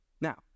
Now